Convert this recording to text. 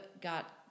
got